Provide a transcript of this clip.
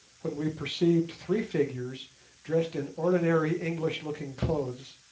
when we perceived three figures, dressed in ordinary english-looking clothes,